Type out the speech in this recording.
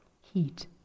heat